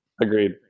Agreed